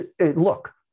Look